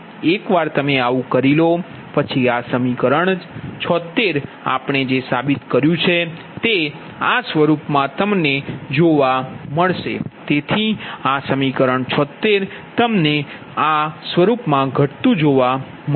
એકવાર તમે આવું કરી લો પછી આ સમીકરણ 76 આપણે જે સાબિત કર્યુ છે તે આ સ્વરૂપમાં ઘટાડશે